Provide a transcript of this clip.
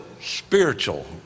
spiritual